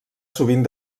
sovint